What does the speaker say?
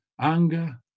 anger